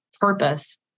purpose